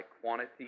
quantity